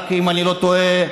אם אני לא טועה,